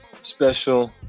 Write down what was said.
special